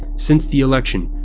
since the election,